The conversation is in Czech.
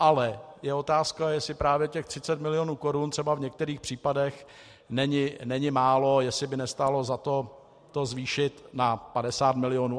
Ale je otázka, jestli právě těch 30 milionů korun třeba v některých případech není málo, jestli by nestálo za to to zvýšit na 50 milionů.